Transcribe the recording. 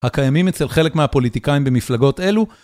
הקיימים אצל חלק מהפוליטיקאים במפלגות אלו.